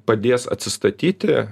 padės atsistatyti